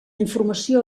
informació